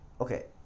Okay